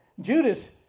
Judas